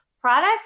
product